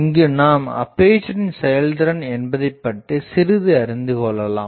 இங்கு நாம் அப்பேசரின் செயல்திறன் என்பதைப்பற்றி சிறிது அறிந்து கொள்ளலாம்